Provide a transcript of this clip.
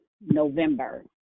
November